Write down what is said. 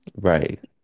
Right